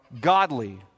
godly